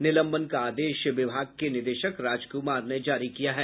निलंबन का आदेश विभाग के निदेशक राजकुमार ने जारी किया है